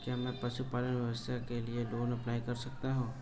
क्या मैं पशुपालन व्यवसाय के लिए लोंन अप्लाई कर सकता हूं?